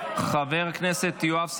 חבר הכנסת יואב סגלוביץ'